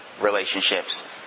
relationships